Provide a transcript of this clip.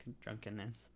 drunkenness